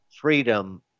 freedom